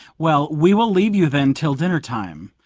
well, we will leave you then till dinner-time.